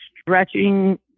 stretching